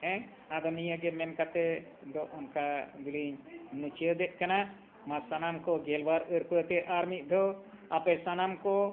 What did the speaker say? ᱦᱮᱸ ᱟᱫᱚ ᱱᱤᱭᱟᱹᱜᱮ ᱢᱮᱱ ᱠᱟᱛᱮᱫ ᱫᱚ ᱚᱱᱠᱟ ᱫᱩᱞᱤᱧ ᱢᱩᱪᱟᱹᱫᱮᱫ ᱠᱟᱱᱟ ᱢᱟ ᱥᱟᱱᱟᱢ ᱠᱚ ᱜᱮᱞᱵᱟᱨ ᱟᱹᱨᱯᱟᱹᱛᱮ ᱟᱨ ᱢᱤᱫ ᱫᱷᱟᱣ ᱟᱯᱮ ᱥᱟᱱᱟᱢ ᱠᱚ